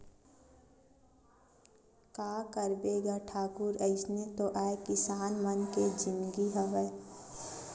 का करबे गा ठाकुर अइसने तो आय किसान मन के जिनगी हवय